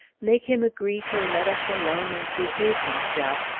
make him agree to let us alone and behave himself,